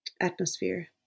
atmosphere